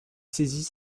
saisit